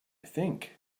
think